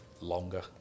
longer